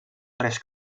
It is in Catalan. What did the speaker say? tres